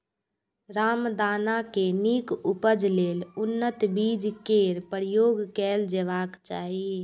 रामदाना के नीक उपज लेल उन्नत बीज केर प्रयोग कैल जेबाक चाही